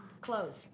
clothes